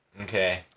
Okay